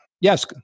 Yes